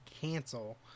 cancel